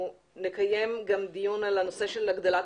נקיים גם דיון על הנושא של הגדלת